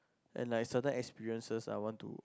and like certain experiences I want to